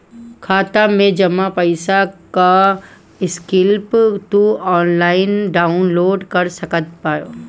खाता से जमा पईसा कअ स्लिप तू ऑनलाइन डाउन लोड कर सकत बाटअ